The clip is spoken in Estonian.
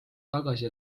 tagasi